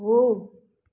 हो